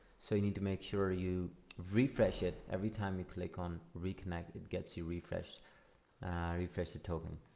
so you need to make sure you refresh it every time you click on reconnect it gets you refresh refresh the token.